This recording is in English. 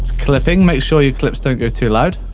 clipping, make sure your clips don't go too loud.